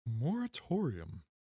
Moratorium